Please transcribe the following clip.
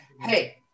hey